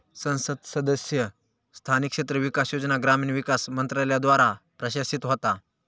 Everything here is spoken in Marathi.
संसद सदस्य स्थानिक क्षेत्र विकास योजना ग्रामीण विकास मंत्रालयाद्वारा प्रशासित होता